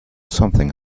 something